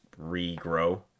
regrow